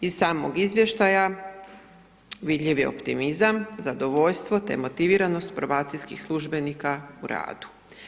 Iz samog izvještaja vidljiv je optimizam, zadovoljstvo te motiviranost probacijskih službenika u radu.